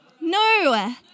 No